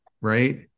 right